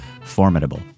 Formidable